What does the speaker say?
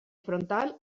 frontal